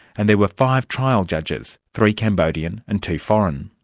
and there were five trial judges three cambodian and two foreign.